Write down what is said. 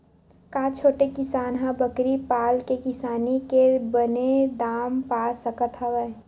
का छोटे किसान ह बकरी पाल के किसानी के बने दाम पा सकत हवय?